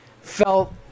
felt